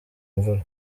imvura